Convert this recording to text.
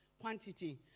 quantity